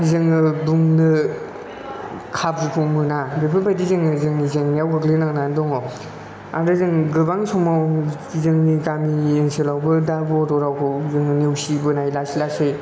जोङो बुंनो खाबुखौ मोना बेफोरबायदि जोङो जोंनि जेंनायाव गोग्लैनांनानै दङ आरो जों गोबां समाव जोंनि गामि ओनसोलावबो दा बर' रावखौ जोङो नेवसि बोनाय लासै लासै